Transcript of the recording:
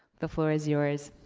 the floor is yours.